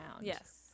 Yes